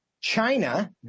China